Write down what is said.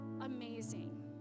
amazing